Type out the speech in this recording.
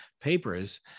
papers